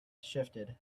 shifted